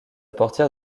portière